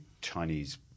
Chinese